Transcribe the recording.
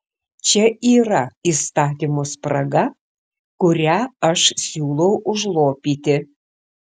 čia yra įstatymo spraga kurią aš siūlau užlopyti